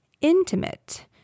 intimate